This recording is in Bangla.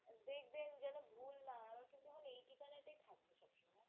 দেখবেন যেন ভুল না হয় আমার কিন্তু এখন এই ঠিকানাটাই থাকবে সব সময়